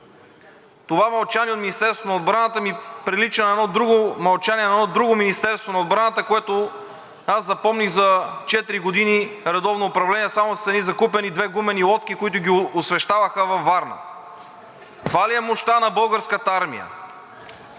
Това мълчание от Министерството на отбраната ми прилича на едно друго мълчание на едно друго Министерство на отбраната, което аз запомних за четири години редовно управление само с едни закупени две гумени лодки, които ги освещаваха във Варна. Това ли е мощта на Българската армия?!